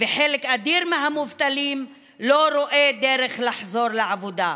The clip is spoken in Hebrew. וכשחלק אדיר מהמובטלים לא רואה דרך לחזור לעבודה.